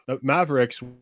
Mavericks